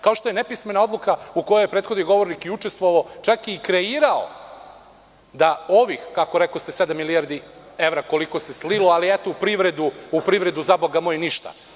Kao što je nepismena odluka u kojoj je prethodni govornik i učestvovao, čak i kreirao, da ovih, kako rekoste sedam milijardi evra koliko se slilo, ali eto u privredu zaboga mog ništa.